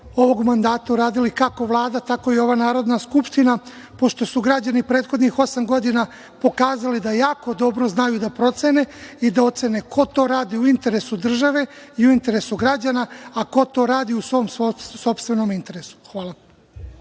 ovog mandata uradili kako Vlada tako i ova Narodna skupština, pošto su građani prethodnih osam godina pokazali da jako dobro znaju da procene i da ocene ko to radi u interesu države i u interesu građana, a ko to radi u sopstvenom interesu. Hvala.